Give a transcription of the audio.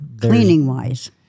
Cleaning-wise